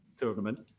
tournament